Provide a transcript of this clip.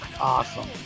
awesome